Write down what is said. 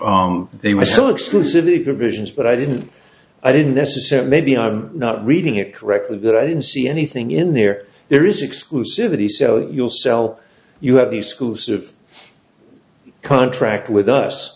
so they were still exclusively provisions but i didn't i didn't necessarily maybe i'm not reading it correctly that i don't see anything in there there is exclusivities so you'll sell you have these schools of contract with us